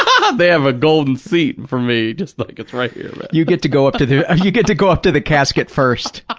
um ah they have a golden seat for me. it's like, it's right here, man. you get to go up to the you get to go up to the casket first.